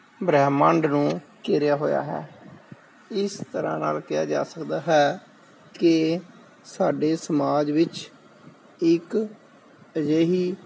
ਬ੍ਰਹਮੰਡ ਨੂੰ ਘੇਰਿਆ ਹੋਇਆ ਹੈ ਇਸ ਤਰ੍ਹਾਂ ਨਾਲ ਕਿਹਾ ਜਾ ਸਕਦਾ ਹੈ ਕਿ ਸਾਡੇ ਸਮਾਜ ਵਿੱਚ ਇੱਕ ਅਜਿਹੀ